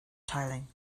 tiling